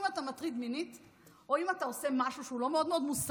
אם אתה מטריד מינית או אם אתה עושה משהו שהוא לא מאוד מוסרי,